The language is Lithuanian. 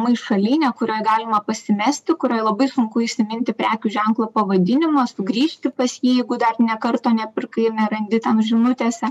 maišalynė kurioj galima pasimesti kurioj labai sunku įsiminti prekių ženklo pavadinimą sugrįžti pas jį jeigu dar nė karto nepirkai nerandi ten žinutėse